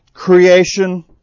Creation